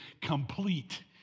complete